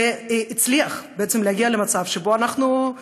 ובעצם הצליח להגיע למצב שבו אנחנו,